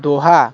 Doha